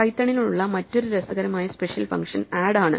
പൈത്തണിന് ഉള്ള മറ്റൊരു രസകരമായ സ്പെഷ്യൽ ഫംഗ്ഷൻ ആഡ് ആണ്